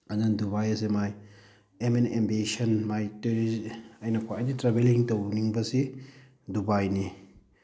ꯑꯗꯨꯅ Dubai is my um an ambition ꯃꯥꯏ ꯑꯩꯅ ꯈ꯭ꯋꯥꯏꯗꯒꯤ ꯇ꯭ꯔꯦꯚꯦꯂꯤꯡ ꯇꯧꯅꯤꯡꯕꯁꯤ ꯗꯨꯕꯥꯏꯅꯤ